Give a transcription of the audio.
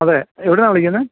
അതേ എവിടുന്നാണ് വിളിക്കുന്നത്